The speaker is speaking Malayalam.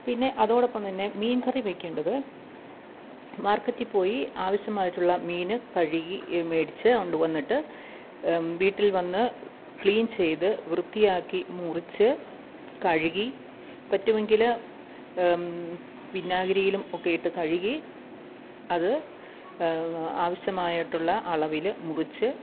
പിന്നെ അതോടൊപ്പം തന്നെ മീങ്കറി വെയ്ക്കേണ്ടത് മാർക്കറ്റിൽപ്പോയി ആവശ്യമായിട്ടുള്ള മീൻ കഴുകി മേടിച്ച് കൊണ്ടുവന്നിട്ട് വീട്ടിൽ വന്ന് ക്ലീൻ ചെയ്ത് വൃത്തിയാക്കി മുറിച്ച് കഴുകി പറ്റുമെങ്കിൽ വിനാഗിരിയിലും ഒക്കെയിട്ട് കഴുകി അത് ആവശ്യമായിട്ടുള്ള അളവിൽ മുറിച്ച്